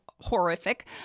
horrific